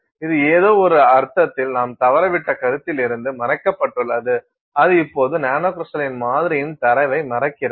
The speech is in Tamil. இது ஏதோ ஒரு அர்த்தத்தில் நாம் தவறவிட்ட கருத்திலிருந்து மறைக்கப்பட்டுள்ளது அது இப்போது நானோகிரிஸ்டலின் மாதிரியின் தரவை மறைக்கிறது